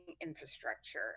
infrastructure